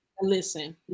Listen